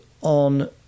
on